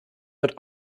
wird